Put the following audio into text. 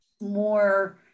more